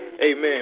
Amen